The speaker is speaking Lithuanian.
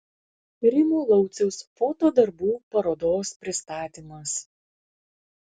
rimo lauciaus foto darbų parodos pristatymas